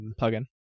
plugin